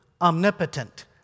omnipotent